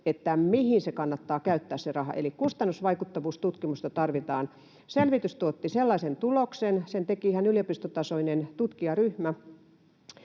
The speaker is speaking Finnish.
tietää, mihin kannattaa käyttää se raha. Eli kustannusvaikuttavuustutkimusta tarvitaan. Selvitys tuotti sellaisen tuloksen — sen teki ihan yliopistotasoinen tutkijaryhmä